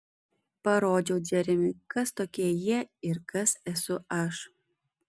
parodžiau džeremiui kas tokie jie ir kas esu aš